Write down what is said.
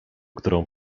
którą